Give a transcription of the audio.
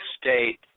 State